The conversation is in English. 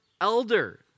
elder